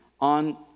on